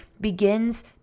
begins